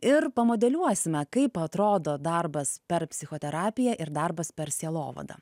ir pamodeliuosime kaip atrodo darbas per psichoterapiją ir darbas per sielovadą